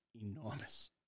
enormous